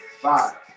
five